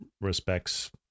respects